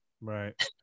right